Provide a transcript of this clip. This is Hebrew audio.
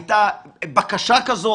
שהייתה בקשה כזאת,